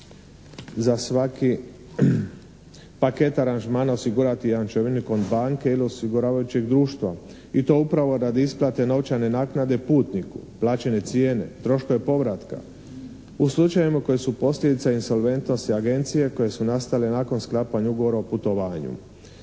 za svaki paket aranžmana osigurati jedan … /Govornik se ne razumije./ od banke ili osiguravajućeg društva i to upravo radi isplate novčane naknade putniku. Plaćene cijene, troškove povratka. U slučajevima koje su posljedica insolventnosti agencije koje su nastale nakon sklapanja ugovora o putovanju.